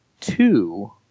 two